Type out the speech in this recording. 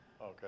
okay